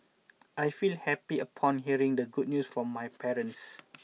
I felt happy upon hearing the good news from my parents